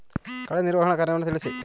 ಕಳೆಯ ನಿರ್ವಹಣಾ ಕಾರ್ಯವನ್ನು ತಿಳಿಸಿ?